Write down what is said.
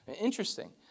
Interesting